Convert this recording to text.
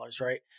right